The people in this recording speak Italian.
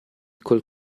col